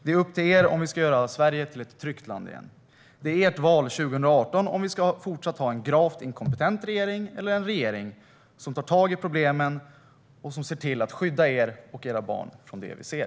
Det är upp till er om vi ska göra Sverige till ett tryggt land igen. 2018 är det ert val om vi även i fortsättningen ska ha en gravt inkompetent regering eller en regering som tar tag i problemen och som ser till att skydda er och era barn från det vi ser.